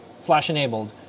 Flash-enabled